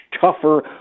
tougher